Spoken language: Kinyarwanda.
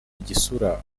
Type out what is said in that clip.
igisura